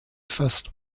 fast